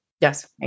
Yes